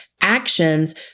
actions